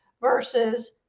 versus